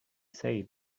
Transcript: say